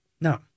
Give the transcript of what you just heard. No